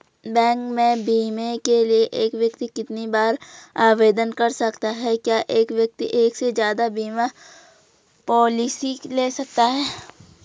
Bank में बीमे के लिए एक व्यक्ति कितनी बार आवेदन कर सकता है क्या एक व्यक्ति एक से ज़्यादा बीमा पॉलिसी ले सकता है?